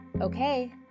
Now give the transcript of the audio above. Okay